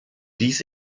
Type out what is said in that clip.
dies